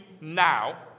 now